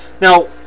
Now